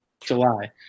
July